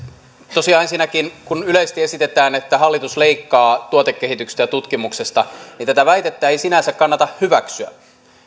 tosiaan ensinnäkin kun yleisesti esitetään että hallitus leikkaa tuotekehityksestä ja tutkimuksesta niin tätä väitettä ei sinänsä kannata hyväksyä